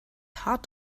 hart